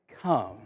come